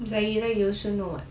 zahirah you also know what